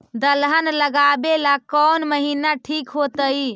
दलहन लगाबेला कौन महिना ठिक होतइ?